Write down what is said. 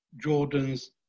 Jordan's